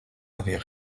avaient